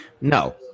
No